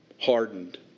hardened